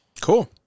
Cool